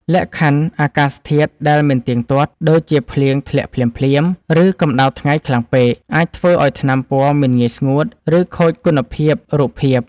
លក្ខខណ្ឌអាកាសធាតុដែលមិនទៀងទាត់ ដូចជាភ្លៀងធ្លាក់ភ្លាមៗ ឬកម្ដៅថ្ងៃខ្លាំងពេក អាចធ្វើឱ្យថ្នាំពណ៌មិនងាយស្ងួត ឬខូចគុណភាពរូបភាព។